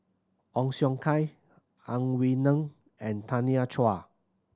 Ong Siong Kai Ang Wei Neng and Tanya Chua